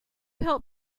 help